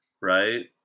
right